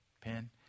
pen